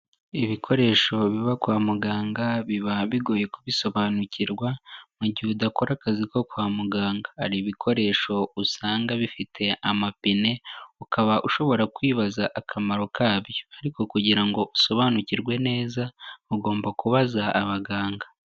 Ibikoresho biba kwa muganga biba bigoye kubisobanukirwa mu gihe udakora akazi ko kwa muganga. Hari ibikoresho usanga bifite amapine, ukaba ushobora kwibaza akamaro kabyo. Ariko kugira ngo usobanukirwe neza ugomba kubaza abaganga.